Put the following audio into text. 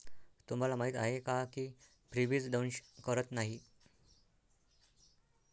तुम्हाला माहीत आहे का की फ्रीबीज दंश करत नाही